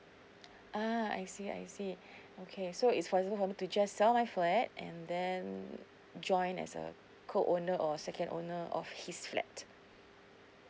ah I see I see okay so it's possible for me to just sell my flat and then join as a co owner or second owner of his flat